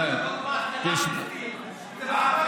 זה מקובל?